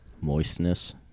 Moistness